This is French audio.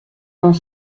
vingt